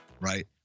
right